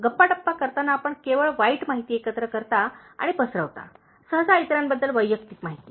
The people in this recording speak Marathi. गप्पाटप्पा करताना आपण केवळ वाईट माहिती एकत्रित करता आणि पसरविता सहसा इतरांबद्दल वैयक्तिक माहिती